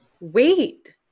wait